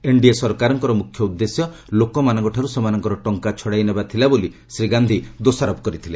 NDA ସରକାରଙ୍କର ମ୍ରଖ୍ୟ ଉଦ୍ଦେଶ୍ୟ ଲୋକମାନଙ୍କଠାର୍ଚ ସେମାନଙ୍କର ଟଙ୍କା ଛଡ଼ାଇ ନେବା ଥିଲା ବୋଲି ଶ୍ରୀ ଗାନ୍ଧି ଦୋଷାରୋପ କରିଥିଲେ